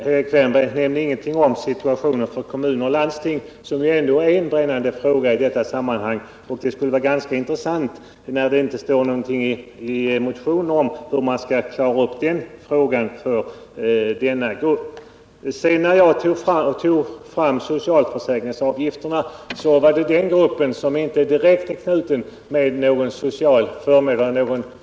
Herr talman! Erik Wärnberg nämnde ingenting om situationen för kommuner och landsting, som ändå är en brännande fråga i detta sammanhang. Det står ingenting i motionen om detta, och det skulle vara ganska intressant att få veta hur man skall klara upp situationen för denna grupp. Att jag nämnde socialförsäkringsavgifterna berodde på att det finns vissa delar av dessa avgifter som inte är direkt knutna till någon förmån för den enskilde.